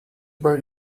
about